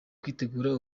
kwitegura